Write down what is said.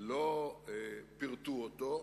לא פירטו אותו,